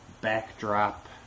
backdrop